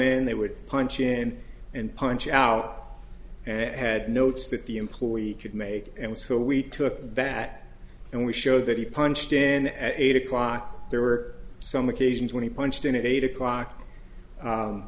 in they would punch in and punch out and had notes that the employee could make and so we took that and we showed that he punched in at eight o'clock there were some occasions when he punched in at eight o'clock